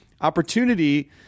opportunity